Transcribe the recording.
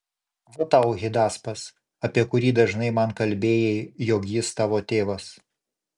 va tau hidaspas apie kurį dažnai man kalbėjai jog jis tavo tėvas